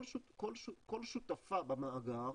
כל שותפה במאגר